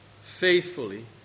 Faithfully